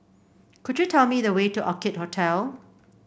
could you tell me the way to Orchid Hotel